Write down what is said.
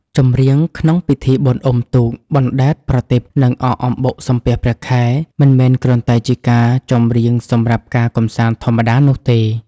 ចម្រៀងក្នុងពិធីបុណ្យអុំទូក បណ្តែតប្រទីប និងអកអំបុក សំពះព្រះខែ មិនមែនគ្រាន់តែជាការចម្រៀងសម្រាប់ការកម្សាន្តធម្មតានោះទេ។